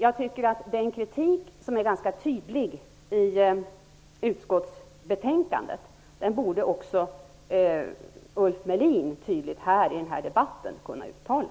Jag tycker att det är en ganska tydlig kritik som uttalas i utskottsbetänkandet. Denna borde också Ulf Melin tydligt kunna uttala i denna debatt.